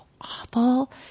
awful